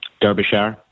Derbyshire